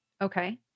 Okay